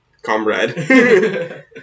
Comrade